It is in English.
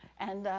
and,